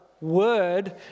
word